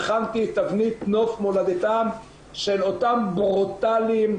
בחנתי את תבנית נוף מולדתם של אותם ברוטליים,